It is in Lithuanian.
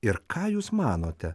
ir ką jūs manote